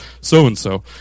so-and-so